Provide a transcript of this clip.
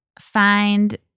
find